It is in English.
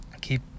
keep